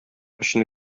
өчен